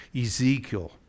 Ezekiel